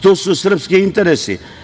To su srpski interesi.